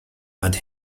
and